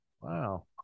Wow